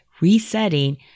resetting